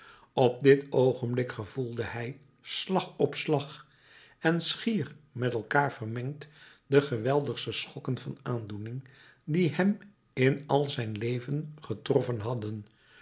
op dit oogenblik gevoelde hij slag op slag en schier met elkaar vermengd de geweldigste schokken van aandoening die hem in al zijn leven getroffen hadden